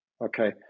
okay